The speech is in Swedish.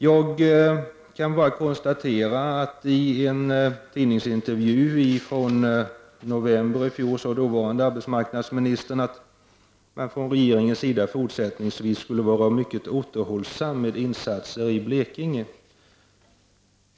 Jag kan bara konstatera att dåvarande arbetsmarknadsministern i en tidningsintervju från november i fjol sade att man från regeringens sida fortsättningsvis skulle vara mycket återhållssam med insatser i Blekinge.